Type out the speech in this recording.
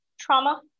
trauma